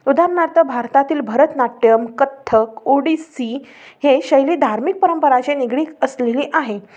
उदाहरणार्थ भारतातील भरतनाट्यम कथ्थक ओडिसी हे शैली धार्मिक परंपराशी निगडी असलेली आहे